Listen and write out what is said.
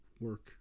work